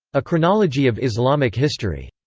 a chronology of islamic history.